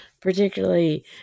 particularly